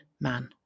man